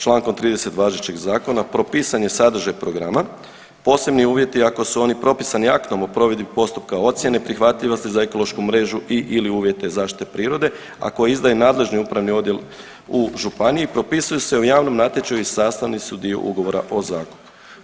Člankom 30. važećeg zakona propisan je sadržaj programa, posebni uvjeti ako su oni propisani aktom o provedbi postupka ocjene prihvatljivosti za ekološku mrežu i/ili uvjete zaštite prirode, a koje izdaje nadležni upravni odjel u županiji propisuju se u javnom natječaju i sastavni su dio ugovora o zakupu.